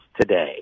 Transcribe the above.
today